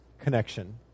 connection